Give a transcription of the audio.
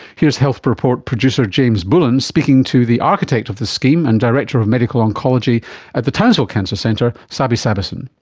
here's health report producer james bullen speaking to the architect of the scheme and director of medical oncology at the townsville cancer centre, sabe sabesan.